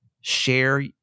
share